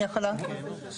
אני יכולה?